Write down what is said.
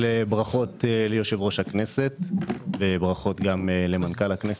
ברכות ליושב-ראש הכנסת וגם למנכ"ל הכנסת.